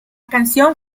canción